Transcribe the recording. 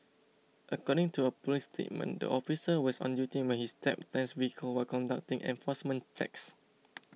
according to a police statement the officer was on duty when he stepped Tan's vehicle while conducting enforcement checks